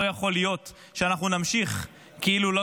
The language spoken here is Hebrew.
לא יכול להיות שאנחנו נמשיך כאילו לא